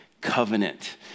covenant